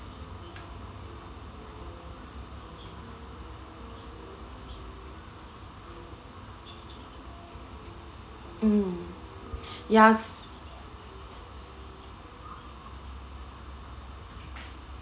mm ya s~